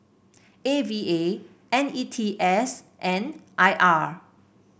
A V A N E T S and I R